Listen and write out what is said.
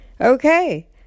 okay